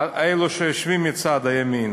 אלו שיושבים מצד ימין,